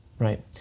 right